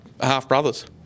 half-brothers